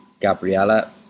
gabriella